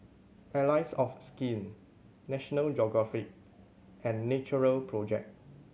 Allies of Skin National Geographic and Natural Project